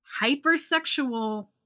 hypersexual